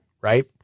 right